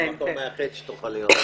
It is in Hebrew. לכן זה המקום היחיד שאת יכולה להיות.